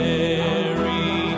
Mary